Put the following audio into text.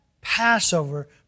Passover